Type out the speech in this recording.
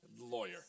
lawyer